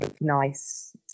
nice